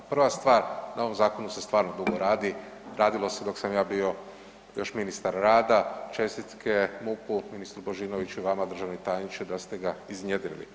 Prva stvar, na ovom zakonu se stvarno dugo radi, radilo se dok sam ja bio još ministar rada, čestitke MUP-u, ministru Božinoviću i vama državni tajniče da ste ga iznjedrili.